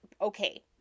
Okay